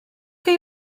chi